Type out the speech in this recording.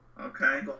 Okay